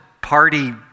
party